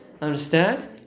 Understand